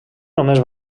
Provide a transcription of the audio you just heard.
només